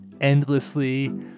endlessly